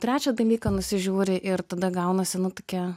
trečią dalyką nusižiūri ir tada gaunasi nu tokia